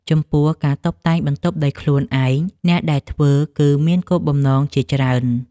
ចំពោះ ការតុបតែងបន្ទប់ដោយខ្លួនឯង អ្នកដែលធ្វើគឺមានគោលបំណងជាច្រើន។